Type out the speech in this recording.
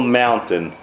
mountain